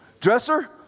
dresser